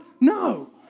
no